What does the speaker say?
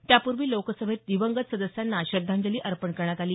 त्यापूर्वी लोकसभेत दिवंगत सदस्यांना श्रद्धांजली अर्पण करण्यात आली